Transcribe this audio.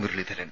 Muraleedharan